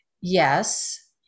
yes